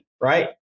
right